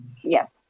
Yes